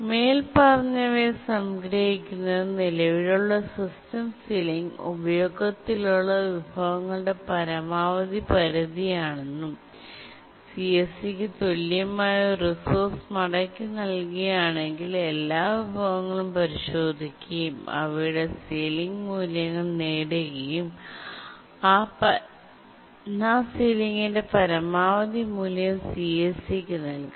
മേൽപ്പറഞ്ഞവയെ സംഗ്രഹിക്കുന്നത് നിലവിലുള്ള system ceiling ഉപയോഗത്തിലുള്ള വിഭവങ്ങളുടെ പരമാവധി പരിധിയാണെന്നും CSCക്ക് തുല്യമായ ഒരു റിസോഴ്സ് മടക്കിനൽകുകയാണെങ്കിൽ എല്ലാ വിഭവങ്ങളും പരിശോധിക്കുകയും അവയുടെ സീലിംഗ് മൂല്യങ്ങൾ നേടുകയും ആ സീലിംഗിന്റെ പരമാവധി മൂല്യം CSCക്ക് നൽകും